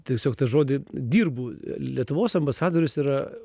tiesiog tą žodį dirbu lietuvos ambasadorius yra